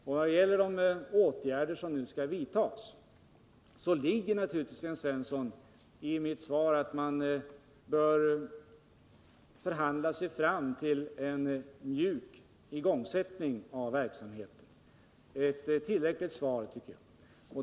När det gäller de åtgärder som nu skall vidtas finns naturligtvis, Sten Svensson, i mitt svar en antydan om att man bör förhandla sig fram till en mjuk igångsättning av verksamheten. Jag tycker att det är ett tillräckligt svar.